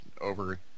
over